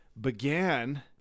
began